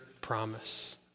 promise